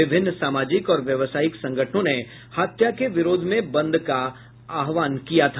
विभिन्न सामाजिक और व्यवसायिक संगठनों ने हत्या के विरोध में बंद का आहवान किया था